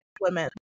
women